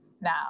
now